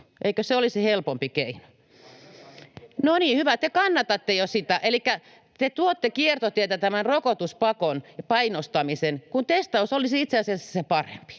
Eikö se olisi helpompi keino? [Aki Lindén: Kannatan!] — No niin, hyvä, te kannatatte jo sitä. — Elikkä te tuotte kiertotietä tämän rokotuspakon ja painostamisen, kun testaus olisi itse asiassa se parempi.